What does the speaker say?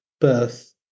birth